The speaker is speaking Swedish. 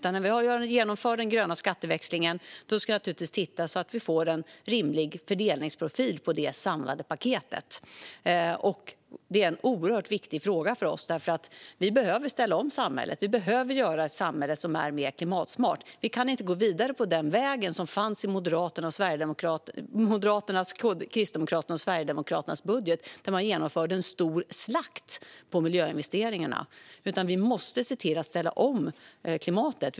När vi ska genomföra den gröna skatteväxlingen ska vi naturligtvis titta så att det blir en rimlig fördelningsprofil på det samlade paketet. Det är en oerhört viktig fråga för oss. Samhället behöver ställas om. Samhället måste bli mer klimatsmart. Vi kan inte gå vidare på den väg som fanns i Moderaternas, Kristdemokraternas och Sverigedemokraternas budget, där man genomförde en stor slakt på miljöinvesteringarna. Vi måste se till att ställa om klimatet.